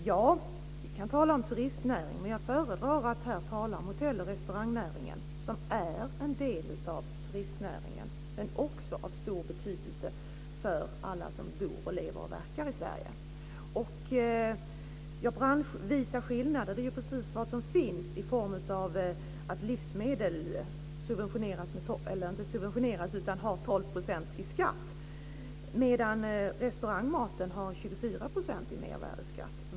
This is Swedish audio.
Ja, vi kan tala om turistnäringen, men jag föredrar att här tala om hotell och restaurangnäringen, som är en del av turistnäringen men också av stor betydelse för alla som bor, lever och verkar i Branschvisa skillnader är precis vad som finns i form av att livsmedel beläggs med 12 % skatt, medan restaurangmaten har 24 % i mervärdesskatt.